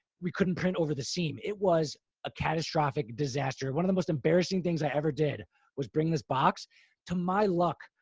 we couldn't print over the seam. it was a catastrophic disaster. one of the most embarrassing things i ever did was bringing this box to my luck.